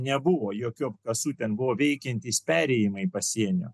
nebuvo jokių apkasų ten buvo veikiantys perėjimai pasienio